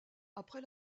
après